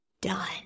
done